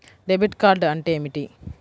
Debit card అంటే ఏమిటి?